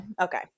Okay